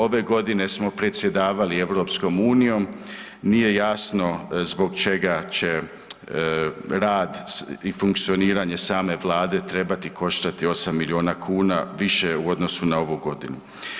Ove godine smo predsjedavali EU nije jasno zbog čega će rad i funkcioniranje same Vlade trebati koštati 8 milijuna kuna više u odnosu na ovu godinu.